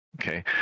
Okay